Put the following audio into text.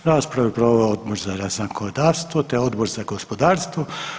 Raspravu je proveo Odbor za zakonodavstvo, te Odbor za gospodarstvo.